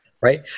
right